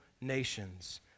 nations